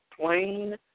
plain